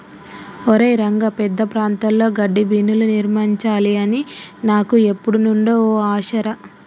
ఒరై రంగ పెద్ద ప్రాంతాల్లో గడ్డిబీనులు నిర్మించాలి అని నాకు ఎప్పుడు నుండో ఓ ఆశ రా